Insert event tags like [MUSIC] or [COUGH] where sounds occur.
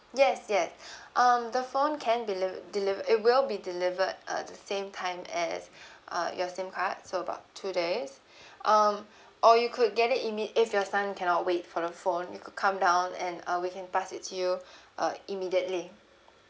yes yes [BREATH] um the phone can deli~ deliver it will be delivered uh the same time as uh your SIM card so about two days [BREATH] um or you could get it imme~ if your son cannot wait for the phone you could come down and uh we can pass it to you [BREATH] uh immediately